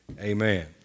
amen